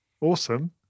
awesome